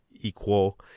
equal